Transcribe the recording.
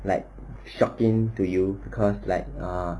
like shocking to you because like ah